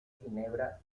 ginebra